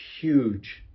huge